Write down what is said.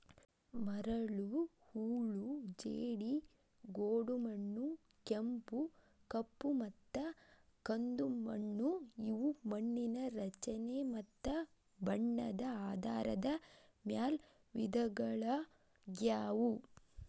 ಮರಳು, ಹೂಳು ಜೇಡಿ, ಗೋಡುಮಣ್ಣು, ಕೆಂಪು, ಕಪ್ಪುಮತ್ತ ಕಂದುಮಣ್ಣು ಇವು ಮಣ್ಣಿನ ರಚನೆ ಮತ್ತ ಬಣ್ಣದ ಆಧಾರದ ಮ್ಯಾಲ್ ವಿಧಗಳಗ್ಯಾವು